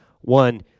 one